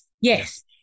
yes